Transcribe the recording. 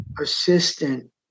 assistant